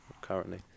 currently